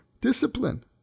discipline